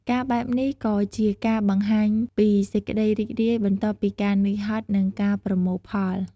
ការបែបនេះក៏ជាការបង្ហាញពីសេចក្តីរីករាយ បន្ទាប់ពីការនឿយហត់ និងការប្រមូលផល។